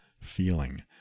feeling